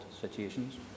situations